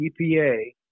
EPA